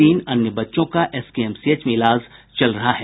तीन अन्य बच्चों का एसकेएमसीएच में इलाज चल रहा है